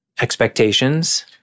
expectations